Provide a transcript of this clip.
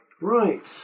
Right